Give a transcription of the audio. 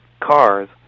cars